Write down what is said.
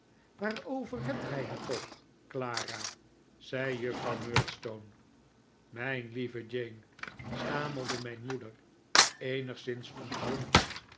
waarover hebt gij het toch clara zei juffrouw murdstone mijn lieve jane stamelde mijn moeder eenigszins onthutst